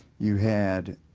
you had